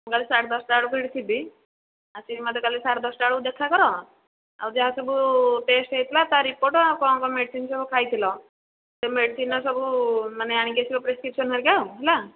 ମୁଁ କାଲି ସାଢେ ଦଶଟା ବେଳକୁ ଏଇଠି ଥିବି ଆସିକି ମୋତେ କାଲି ସାଢେ ଦଶଟା ବେଳକୁ ଦେଖା କର ଆଉ ଯାହା ସବୁ ଟେଷ୍ଟ୍ ହୋଇଥିଲା ତା ରିପୋର୍ଟ୍ ଆଉ କ'ଣ କ'ଣ ମେଡ଼ିସିନ୍ ସବୁ ଖାଇଥିଲ ସେ ମେଡ଼ିସିନ୍ର ସବୁ ମାନେ ଆଣିକି ଆସିବ ପ୍ରେସ୍କ୍ରିପଶନ୍ ହେରିକା ଆଉ ହେଲା